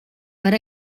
per